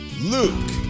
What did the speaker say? Luke